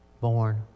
born